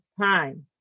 time